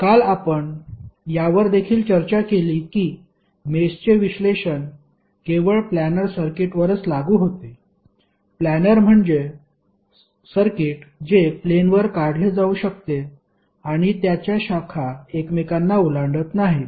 काल आपण यावर देखील चर्चा केली की मेषचे विश्लेषण केवळ प्लानर सर्किटवरच लागू होते प्लॅनर म्हणजे सर्किट जे प्लेनवर काढले जाऊ शकते आणि त्याच्या शाखा एकमेकांना ओलांडत नाहीत